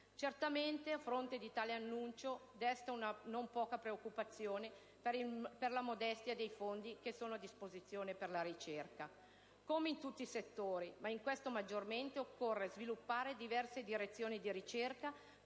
Certamente, a fronte di tale annuncio, desta non poca preoccupazione la scarsità di fondi a disposizione per la ricerca stessa. Come in tutti i settori, ma in questo maggiormente, occorre sviluppare diverse direzioni di ricerca